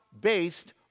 based